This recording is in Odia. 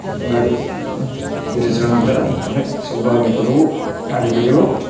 ଗାଡ଼ି ଧୀରେ ଚଲାଇବା ଦ୍ୱାରା ତୁମେ ସବୁ ପ୍ରକାର ବିପଦକୁ ଟାଳି ପାରିବ